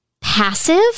passive